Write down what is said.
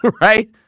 right